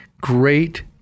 Great